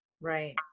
Right